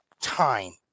time